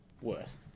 worse